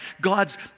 God's